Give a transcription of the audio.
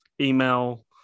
email